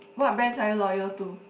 what brands are you loyal to